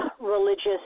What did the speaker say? religious